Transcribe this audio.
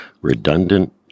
redundant